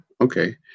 Okay